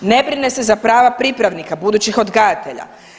Ne brine se za prava pripravnika budućih odgajatelja.